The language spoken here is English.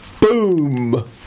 Boom